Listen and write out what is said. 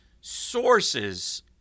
sources